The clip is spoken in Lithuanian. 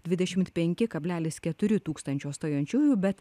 dvidešimt penki kablelis keturi tūkstančio stojančiųjų bet